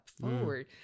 forward